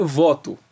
voto